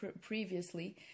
previously